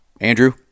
Andrew